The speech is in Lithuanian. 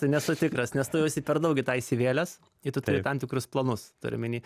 nesu tikras nes tu jau esi per daug į tą įsivėlęs tu turi tam tikrus planus turiu omeny